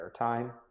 airtime